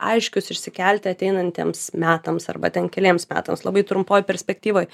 aiškius išsikelti ateinantiems metams arba ten keliems metams labai trumpoj perspektyvoj